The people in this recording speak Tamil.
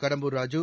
கடம்பூர் ராஜு